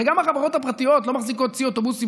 הרי גם החברות הפרטיות לא מחזיקות צי אוטובוסים